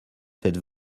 faites